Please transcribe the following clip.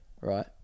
Right